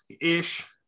ish